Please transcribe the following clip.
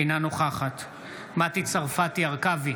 אינה נוכחת מטי צרפתי הרכבי,